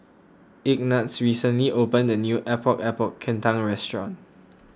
Ignatz recently opened a new Epok Epok Kentang restaurant